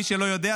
מי שלא יודע,